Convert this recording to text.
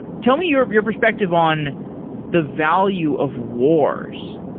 tell me your your perspective on the value of wars.